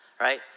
right